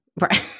Right